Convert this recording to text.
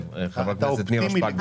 כן, חברת הכנסת נירה שפק.